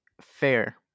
Fair